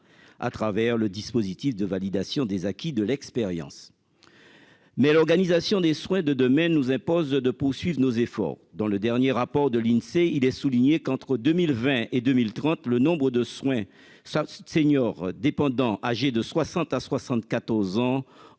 à travers le dispositif de validation des acquis de l'expérience. Mais l'organisation des soins de demain nous impose de poursuivre nos efforts. Dans le dernier rapport de l'Insee, il est souligné que, entre 2020 et 2030, le nombre de seniors dépendants âgés de 60 à 74 ans